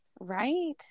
Right